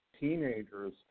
Teenagers